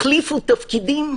החליפו תפקידים.